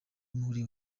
muri